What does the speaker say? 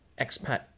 expat